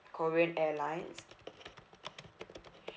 korean airlines